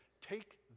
take